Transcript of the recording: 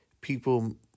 People